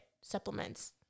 supplements